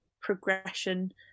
progression